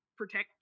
Protect